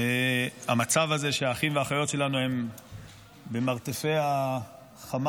המצב הזה שאחים ואחיות שלנו הם במרתפי החמאס